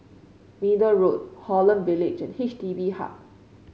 Middle Road Holland Village H D B Hub